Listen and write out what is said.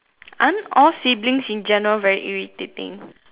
aren't all siblings in general very irritating